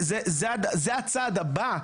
זה הצעד הבא,